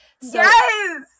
yes